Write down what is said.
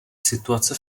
situace